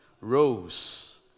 Rose